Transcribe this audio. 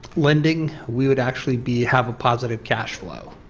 lending, we would actually be have a positive cash flow.